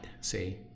see